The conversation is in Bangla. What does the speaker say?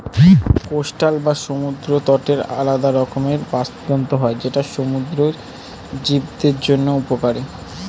কোস্টাল বা সমুদ্র তটের আলাদা রকমের বাস্তুতন্ত্র হয় যেটা সমুদ্র জীবদের জন্য উপকারী